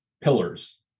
pillars